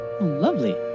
Lovely